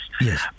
Yes